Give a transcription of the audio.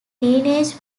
teenage